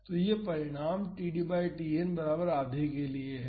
तो यह परिणाम td बाई Tn बराबर आधे के लिए है